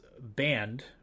banned